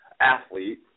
athlete